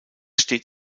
steht